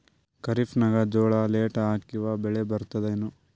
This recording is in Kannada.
ಖರೀಫ್ ನಾಗ ಜೋಳ ಲೇಟ್ ಹಾಕಿವ ಬೆಳೆ ಬರತದ ಏನು?